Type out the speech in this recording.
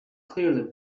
clearly